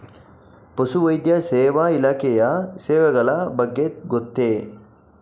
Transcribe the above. ಪಶುವೈದ್ಯ ಸೇವಾ ಇಲಾಖೆಯ ಸೇವೆಗಳ ಬಗ್ಗೆ ಗೊತ್ತೇ?